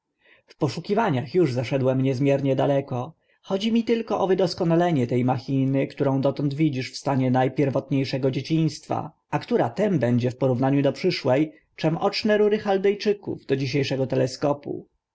poszukiwaniach uż zaszedłem niezmiernie daleko chodzi mi tylko o wydoskonalenie te machiny którą dotąd widzisz w stanie na pierwotnie szego dzieciństwa a która tym będzie w porównaniu do przyszłe czym oczne rury chalde czyków do dzisie szego teleskopu